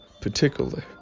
particularly